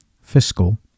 fiscal